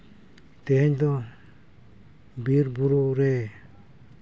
ᱛᱮᱦᱮᱧ ᱫᱚ ᱵᱤᱨ ᱵᱩᱨᱩᱨᱮ